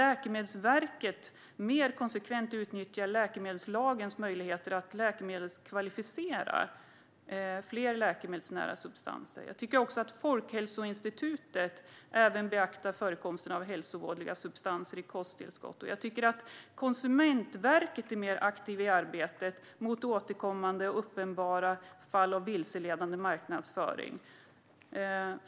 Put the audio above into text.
Läkemedelsverket bör mer konsekvent utnyttja läkemedelslagens möjligheter att läkemedelskvalificera fler läkemedelsnära substanser. Jag tycker också att Folkhälsoinstitutet ska beakta förekomsten av hälsovådliga substanser i kosttillskott. Och Konsumentverket ska vara mer aktivt i arbetet mot återkommande och uppenbara fall av vilseledande marknadsföring.